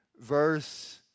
verse